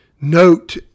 note